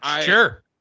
Sure